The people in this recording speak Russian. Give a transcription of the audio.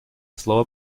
слово